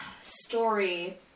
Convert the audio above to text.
story